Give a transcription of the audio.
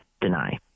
deny